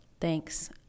Thanks